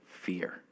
fear